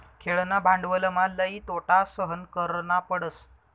खेळणा भांडवलमा लई तोटा सहन करना पडस